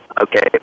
okay